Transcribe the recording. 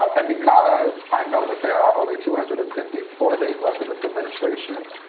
um and because i know that there are only two hundred and fifty four days left in this administration,